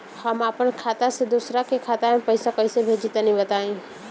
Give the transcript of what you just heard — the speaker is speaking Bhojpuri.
हम आपन खाता से दोसरा के खाता मे पईसा कइसे भेजि तनि बताईं?